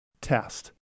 Test